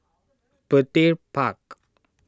Petir Park